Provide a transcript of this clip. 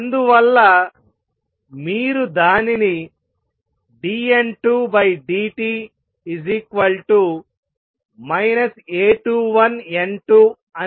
అందువల్ల మీరు దానిని dN2dt A21N2అని వ్రాయవచ్చు